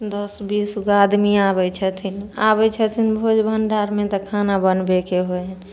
दस बीसगो आदमी आबै छथिन आबै छथिन भोज भण्डारमे तऽ खाना बनबैके होइ हइ